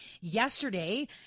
Yesterday